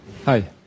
Hi